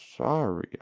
Sorry